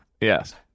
Yes